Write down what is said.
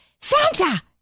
Santa